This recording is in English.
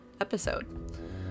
episode